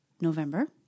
November